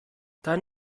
dann